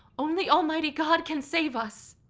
only almighty god can save us!